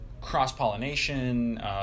cross-pollination